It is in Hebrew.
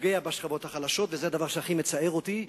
שפוגע בשכבות החלשות, וזה הדבר שהכי מצער אותי.